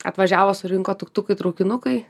atvažiavo surinko tuktukai traukinukai